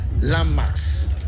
landmarks